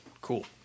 Cool